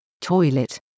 Toilet